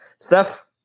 Steph